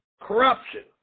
Corruption